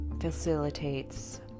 facilitates